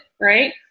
Right